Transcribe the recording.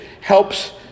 helps